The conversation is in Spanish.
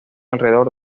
alrededor